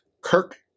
Kirk